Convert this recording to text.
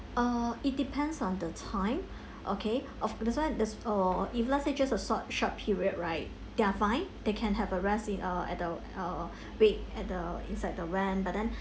uh it depends on the time okay of this [one] this uh if let's say just a short short period right they're fine they can have a rest in uh at the uh wait at the inside the van but then